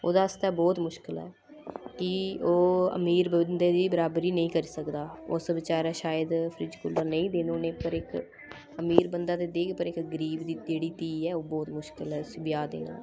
ओह्दे आस्तै बौह्त मुश्कल ऐ कि ओह् अमीर बंदे दी बराबरी नेईं करी सकदा ओस बचारै शायद फ्रिज़ कूलर नेईं देन होने पर इक अमीर बंदा ते देग पर इक गरीब दी इक केह्ड़ी धीऽ ऐ ओह् बौह्त मुश्कल ऐ उसी ब्याह् देना